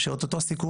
שאוטוטו סיכום,